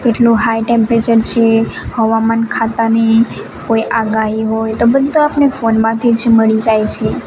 કેટલું high temperature છે હવામાન ખાતાની કોઈ આગાહી હોય તો બધું આપને ફોનમાંથી જ મળી જાય છે